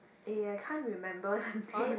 eh I can't remember the name